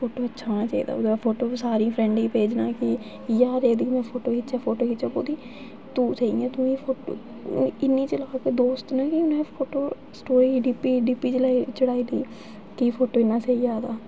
photo अच्छा आना चाहिदा फोटो सारें फ्रैंड़े गी भेजना